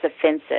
offensive